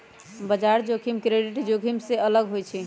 बजार जोखिम क्रेडिट जोखिम से अलग होइ छइ